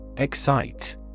Excite